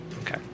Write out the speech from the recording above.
Okay